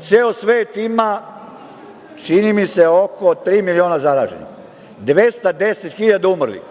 Ceo svet ima oko tri miliona zaraženih, 210 hiljada umrlih